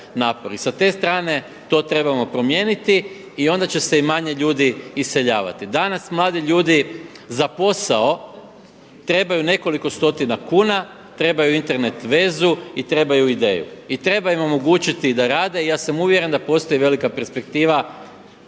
sa te strane to trebamo promijeniti i onda će se i manje ljudi iseljavati. Danas mladi ljudi za posao trebaju nekoliko stotina kuna, trebaju Internet vezu i trebaju ideju i treba im omogućiti da rade. I ja sam uvjeren da postoji velika perspektiva